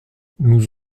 nous